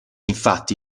infatti